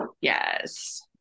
Yes